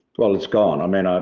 well, it's gone. um and